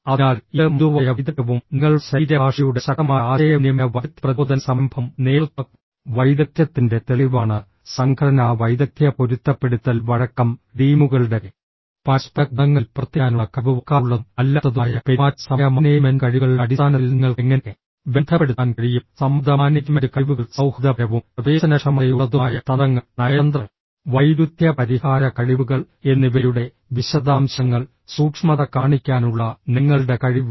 അതിനാൽ ഇത് മൃദുവായ വൈദഗ്ധ്യവും നിങ്ങളുടെ ശരീരഭാഷയുടെ ശക്തമായ ആശയവിനിമയ വൈദഗ്ധ്യ പ്രചോദന സംരംഭവും നേതൃത്വ വൈദഗ്ധ്യത്തിന്റെ തെളിവാണ് സംഘടനാ വൈദഗ്ധ്യ പൊരുത്തപ്പെടുത്തൽ വഴക്കം ടീമുകളുടെ പരസ്പര ഗുണങ്ങളിൽ പ്രവർത്തിക്കാനുള്ള കഴിവ് വാക്കാലുള്ളതും അല്ലാത്തതുമായ പെരുമാറ്റ സമയ മാനേജ്മെന്റ് കഴിവുകളുടെ അടിസ്ഥാനത്തിൽ നിങ്ങൾക്ക് എങ്ങനെ ബന്ധപ്പെടുത്താൻ കഴിയും സമ്മർദ്ദ മാനേജ്മെന്റ് കഴിവുകൾ സൌഹൃദപരവും പ്രവേശനക്ഷമതയുള്ളതുമായ തന്ത്രങ്ങൾ നയതന്ത്ര വൈരുദ്ധ്യ പരിഹാര കഴിവുകൾ എന്നിവയുടെ വിശദാംശങ്ങൾ സൂക്ഷ്മത കാണിക്കാനുള്ള നിങ്ങളുടെ കഴിവ്